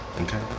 okay